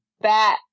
Bat